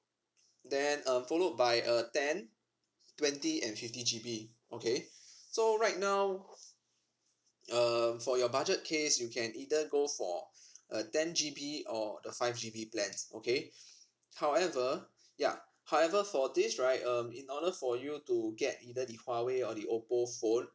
then um followed by uh ten twenty and fifty G B okay so right now uh for your budget case you can either go for a ten G B or the five G B plans okay however ya however for this right um in order for you to get either the huawei or the oppo phone